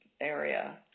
area